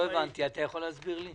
לא הבנתי, אתה יכול להסביר לי?